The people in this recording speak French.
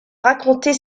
raconter